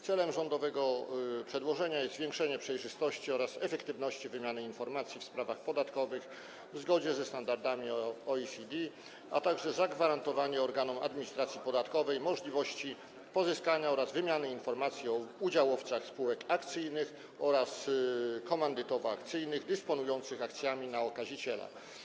Celem rządowego przedłożenia jest zwiększenie przejrzystości oraz efektywności wymiany informacji w sprawach podatkowych w zgodzie ze standardami OECD, a także zagwarantowanie organom administracji podatkowej możliwości pozyskania oraz wymiany informacji o udziałowcach spółek akcyjnych oraz komandytowo-akcyjnych dysponujących akcjami na okaziciela.